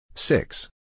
Six